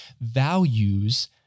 values